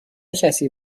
کسی